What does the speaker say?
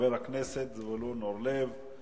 חבר הכנסת זבולון אורלב,